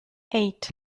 eight